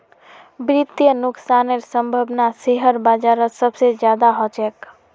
वित्तीय नुकसानेर सम्भावना शेयर बाजारत सबसे ज्यादा ह छेक